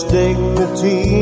dignity